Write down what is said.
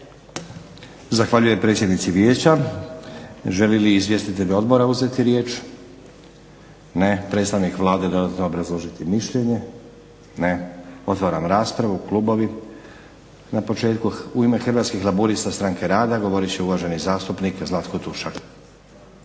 Zahvaljujem predsjednici Vijeća. Žele li izvjestitelji odbora uzeti riječ? Ne. Predstavnik Vlade dodatno obrazložiti mišljenje? Ne. Otvaram raspravu. Klubovi. Na početku u ime Hrvatskih laburista – stranke rada govorit će uvaženi zastupnik Zlatko Tušak.